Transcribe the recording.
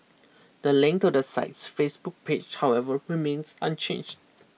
the link to the site's Facebook page however remains unchanged